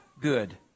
good